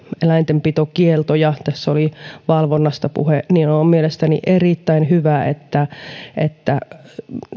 eläintenpitokieltoja tässä oli valvonnasta puhe niin on mielestäni erittäin hyvä että että